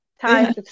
time